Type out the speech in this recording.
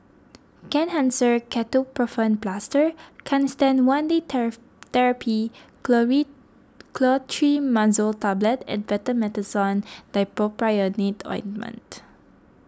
Kenhancer Ketoprofen Plaster Canesten one Day therapy glory Clotrimazole Tablet and Betamethasone Dipropionate Ointment